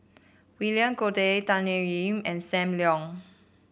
William Goode Tan Thoon Lip and Sam Leong